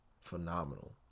phenomenal